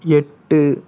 எட்டு